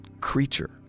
creature